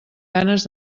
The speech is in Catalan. ganes